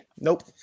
Nope